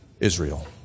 Israel